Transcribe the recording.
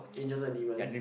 Angels and Demons